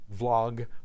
vlog